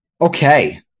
Okay